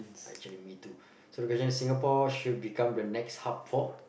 actually me too so the question is Singapore should become the next hub for